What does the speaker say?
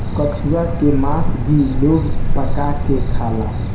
कछुआ के मास भी लोग पका के खाला